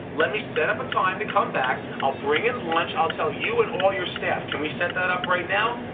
let me set up a time to come back. i'll bring in lunch. i'll tell you and all your staff. can we set that up right now?